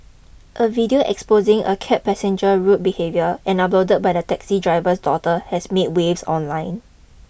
a video exposing a cab passenger rude behaviour and uploaded by the taxi driver's daughter has made waves online